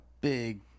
big